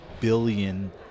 billion